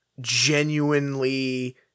genuinely